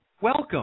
welcome